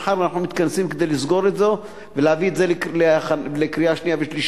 מחר אנחנו מתכנסים כדי לסגור את זה ולהביא את זה לקריאה בוועדה,